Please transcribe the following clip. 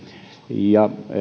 ja